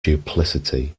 duplicity